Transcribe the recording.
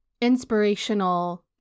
inspirational